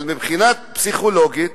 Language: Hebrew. אבל מבחינה פסיכולוגית